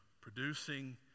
producing